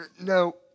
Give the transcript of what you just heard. no